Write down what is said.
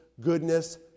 goodness